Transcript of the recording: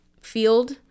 field